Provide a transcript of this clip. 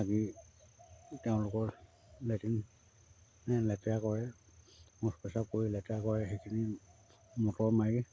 তেওঁলোকৰ লেট্ৰিন লেতেৰা কৰে শৌচ প্ৰস্ৰাব কৰি লেতেৰা কৰে সেইখিনি মটৰ মাৰি